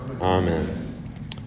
Amen